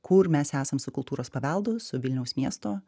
kur mes esam su kultūros paveldu su vilniaus miesto